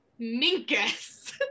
Minkus